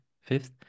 fifth